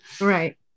Right